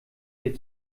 dir